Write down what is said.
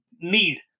need